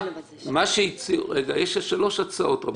יש שלוש הצעות.